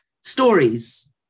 stories